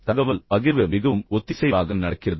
தகவல் பகிர்வு மிகவும் ஒத்திசைவாக நடக்கிறது